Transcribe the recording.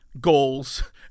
goals